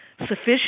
sufficient